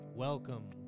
Welcome